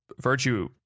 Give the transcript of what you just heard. virtue